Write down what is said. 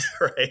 right